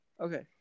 Okay